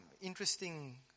interesting